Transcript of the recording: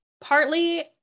partly